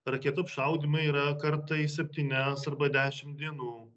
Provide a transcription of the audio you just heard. raketų apšaudymai yra kartais septynias arba dešimt dienų